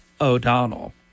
O'Donnell